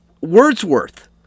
wordsworth